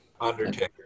Undertaker